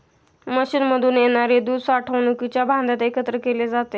मशीनमधून येणारे दूध साठवणुकीच्या भांड्यात एकत्र केले जाते